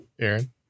Aaron